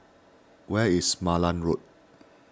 where is Malan Road